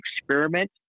experiment